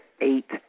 eight